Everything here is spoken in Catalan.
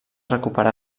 recuperà